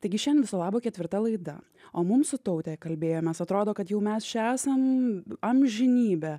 taigi šiandien viso labo ketvirta laida o mum su taute kalbėjomės atrodo kad jau mes čia esam amžinybę